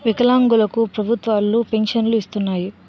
వికలాంగులు కు ప్రభుత్వాలు పెన్షన్ను ఇస్తున్నాయి